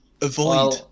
Avoid